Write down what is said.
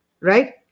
Right